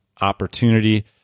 opportunity